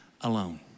alone